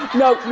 no,